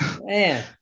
man